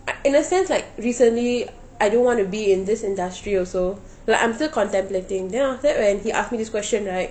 in a sense like recently I don't want to be in this industry also like I'm still contemplating then after that when he ask me this question right